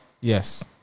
Yes